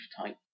type